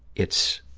it's,